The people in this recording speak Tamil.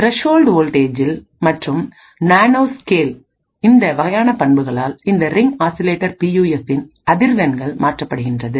த்ரஸ்ஹோல்ட் வோல்டேஜில் மற்றும் நானோ ஸ்கேல்இந்த வகையான பண்புகளால் இந்த ரிங் ஆசிலேட்டர் பியூஎஃப்பின் அதிர்வெண்கள் மாற்றப்படுகின்றது